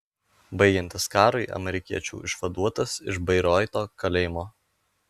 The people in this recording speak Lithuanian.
baigiantis karui amerikiečių išvaduotas iš bairoito kalėjimo